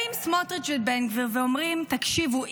באים סמוטריץ' ובן גביר ואומרים: תקשיבו,